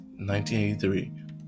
1983